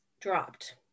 dropped